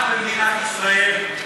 רק במדינת ישראל,